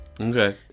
Okay